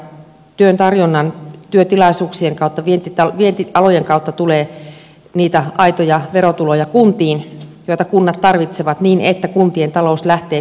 työn tarjonnan työtilaisuuksien kautta vientialojen kautta tulee kuntiin niitä aitoja verotuloja joita kunnat tarvitsevat niin että kuntien talous lähtee kohenemaan